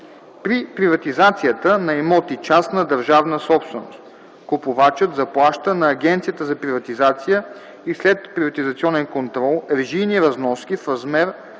При приватизацията на имоти – частна държавна собственост, купувачът заплаща на Агенцията за приватизация и следприватизационен контрол режийни разноски в размер